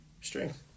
strength